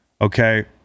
okay